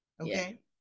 Okay